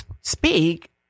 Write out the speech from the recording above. speak